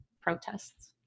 protests